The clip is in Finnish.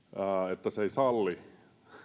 että se ei salli